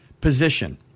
position